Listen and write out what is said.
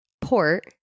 port